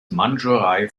mandschurei